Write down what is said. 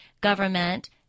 government